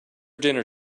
dinner